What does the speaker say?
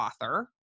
author